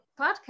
podcast